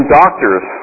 doctors